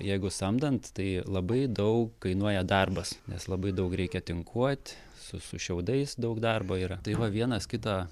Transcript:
jeigu samdant tai labai dau kainuoja darbas nes labai daug reikia tinkuot su su šiaudais daug darbo yra tai va vienas kitą